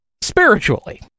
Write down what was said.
Spiritually